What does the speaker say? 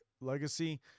legacy